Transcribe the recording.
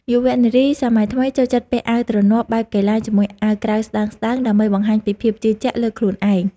យុវនារីសម័យថ្មីចូលចិត្តពាក់អាវទ្រនាប់បែបកីឡាជាមួយអាវក្រៅស្តើងៗ ដើម្បីបង្ហាញពីភាពជឿជាក់លើខ្លួនឯង។